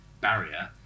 barrier